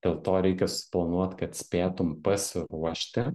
dėl to reikia susiplanuot kad spėtum pasiruošti